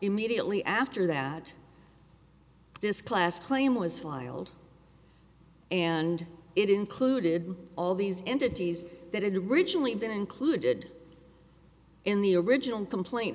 immediately after that this class claim was filed and it included all these entities that in regionally been included in the original complaint